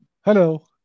Hello